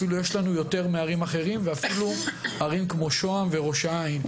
אפילו יש לנו יותר מערים אחרות ואפילו ערים כמו שוהם וראש העיין,